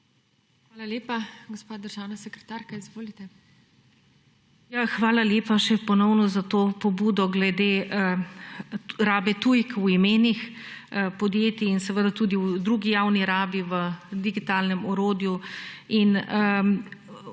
Hvala lepa. Gospa državna sekretarka, izvolite. DR. IGNACIJA FRIDL JARC: Hvala lepa še ponovno za to pobudo glede rabe tujk v imenih podjetij in seveda tudi v drugi javni rabi v digitalnem orodju.